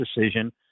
decision